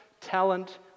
talent